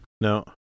No